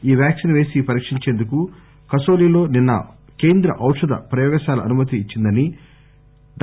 ఈ వ్యాక్సిన్ పేసి పరీక్షించేందుకు కసాలిలో నిన్న కేంద్ర ఔషధ ప్రయోగశాల అనుమతి ఇచ్చిందని డా